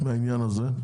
מהעניין הזה.